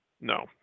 No